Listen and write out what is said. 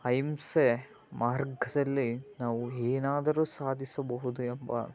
ಅಹಿಂಸೆ ಮಾರ್ಗದಲ್ಲಿ ನಾವು ಏನಾದರು ಸಾಧಿಸಬಹುದು ಎಂಬ